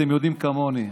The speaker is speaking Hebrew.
אתם יודעים כמוני,